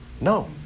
No